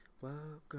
Welcome